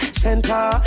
center